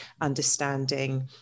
understanding